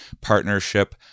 partnership